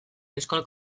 euskal